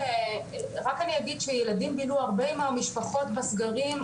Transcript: רק אני אגיד שילדים בילו הרבה עם המשפחות בסגרים,